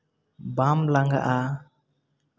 ᱵᱟᱢ ᱞᱟᱝᱜᱟᱜᱼᱟ